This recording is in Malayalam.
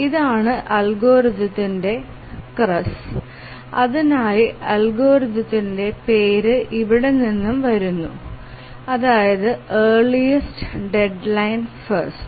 ഇതാണ് അൽഗോരിത്തിന്റെ ക്രക്സ് അതിനാൽ അൽഗോരിത്തിന്റെ പേര് ഇവിടെ നിന്ന് വരുന്നു അതായത് ഏർലിസ്റ് ഡെഡ്ലൈൻ ഫസ്റ്റ്